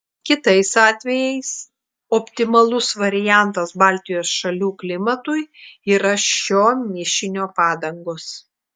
kitais atvejais optimalus variantas baltijos šalių klimatui yra šio mišinio padangos